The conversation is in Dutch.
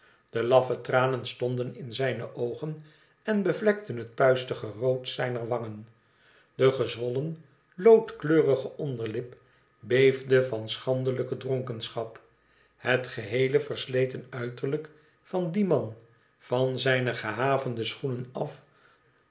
de laffe tranen stonden in zqne oogen en bevlekten het puistige rood zijner wangen de gezwollen loodkleurige onderlip beefde van schandelijke dronkenschap het geheele versleten uiterlijk van dien man van zijne gehavende schoenen af